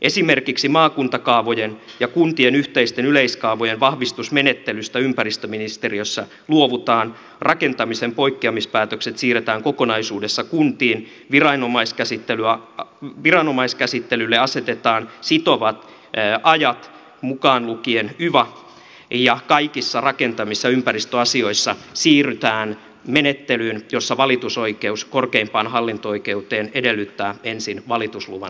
esimerkiksi maakuntakaavojen ja kuntien yhteisten yleiskaavojen vahvistusmenettelystä ympäristöministeriössä luovutaan rakentamisen poikkeamispäätökset siirretään kokonaisuudessa kuntiin viranomaiskäsittelylle asetetaan sitovat ajat mukaan lukien yva ja kaikissa rakentamis ja ympäristöasioissa siirrytään menettelyyn jossa valitusoikeus korkeimpaan hallinto oikeuteen edellyttää ensin valitusluvan saamista